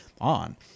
on